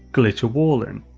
glitch a wall in.